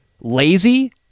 lazy